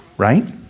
Right